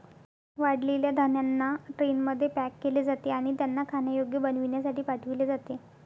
वाळलेल्या धान्यांना ट्रेनमध्ये पॅक केले जाते आणि त्यांना खाण्यायोग्य बनविण्यासाठी पाठविले जाते